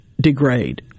degrade